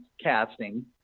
Casting